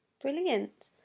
brilliant